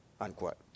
unquote